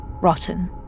rotten